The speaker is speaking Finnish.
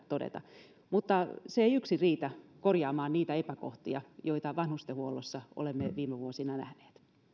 todeta mutta se ei yksin riitä korjaamaan niitä epäkohtia joita vanhustenhuollossa olemme viime vuosina nähneet